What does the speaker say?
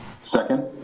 Second